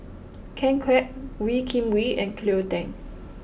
Ken Kwek Wee Kim Wee and Cleo Thang